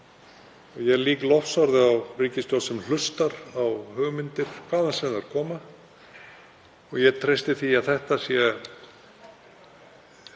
Ég lýk lofsorði á ríkisstjórn sem hlustar á hugmyndir, hvaðan sem þær koma. Ég treysti því að þetta sé